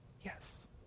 Yes